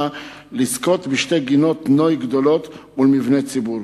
לזכות בשתי גינות נוי גדולות ומבנה ציבור,